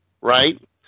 right